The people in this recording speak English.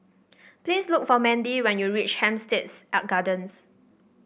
please look for Mandie when you reach Hampstead Gardens